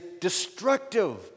destructive